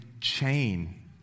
chain